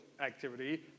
activity